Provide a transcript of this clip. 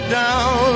down